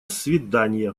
свиданья